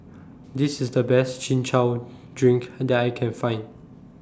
This IS The Best Chin Chow Drink that I Can Find